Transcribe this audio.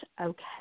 okay